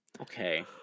okay